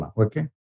okay